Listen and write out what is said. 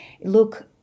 look